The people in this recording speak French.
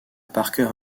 parker